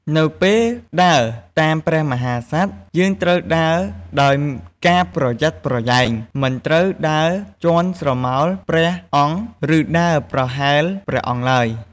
នៅពេលដើរតាមព្រះមហាក្សត្រ យើងត្រូវដើរដោយការប្រយ័ត្នប្រយែង មិនត្រូវដើរជាន់ស្រមោលព្រះអង្គ ឬដើរប្រហែលព្រះអង្គឡើយ។